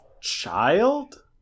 child